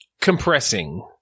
Compressing